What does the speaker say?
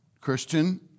Christian